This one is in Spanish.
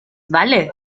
vale